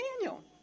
Daniel